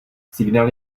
signál